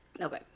Okay